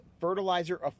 fertilizer